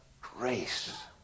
grace